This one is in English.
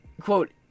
Quote